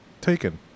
taken